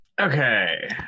Okay